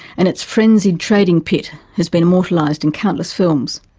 and its frenzied trading pit has been immortalised in countless films.